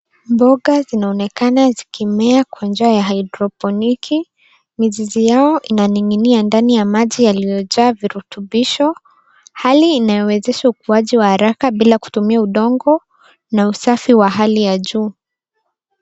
Mboga zinaonekana zikimea kwa njia ya haidropiniki. Mizizi yao inaning'inia ndani ya maji iliyojaa virutubisho. Hali inayowezesha ukuaji wa haraka bila kutumia udongo na usafi wa hali ya juu.